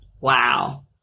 wow